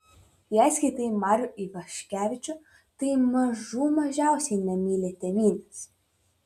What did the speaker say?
jei skaitai marių ivaškevičių tai mažų mažiausiai nemyli tėvynės